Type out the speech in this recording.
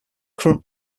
current